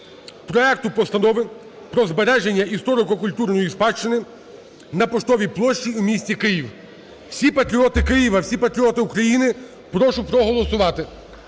проекту Постанови про збереження історико-культурної спадщини на Поштовій площі у місті Києві. Всі патріоти Києва, всі патріоти України, прошу проголосувати